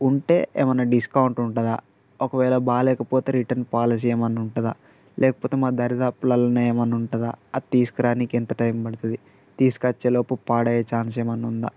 ఉంటే ఏమన్నా డిస్కౌంట్ ఉంటుందా ఒకవేళ బాగాలేకపోతే రిటర్న్ పాలసీ ఏమన్నా ఉంటుందా లేకపోతే మా దరిదాపులలోనే ఏమన్నా ఉంటుందా అది తీసుకురానీకి ఎంత టైం పడుతుంది తీసుకొచ్చేలోపు పాడయ్యే ఛాన్స్ ఏమన్నా ఉందా